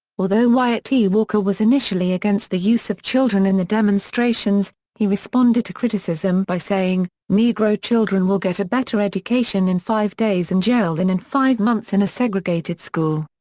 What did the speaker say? although wyatt tee walker was initially against the use of children in the demonstrations, he responded to criticism by saying, negro children will get a better education in five days in jail than in five months in a segregated school.